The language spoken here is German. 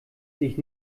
sich